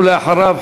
ואחריו,